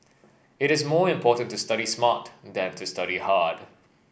it is more important to study smart than to study hard